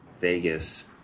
Vegas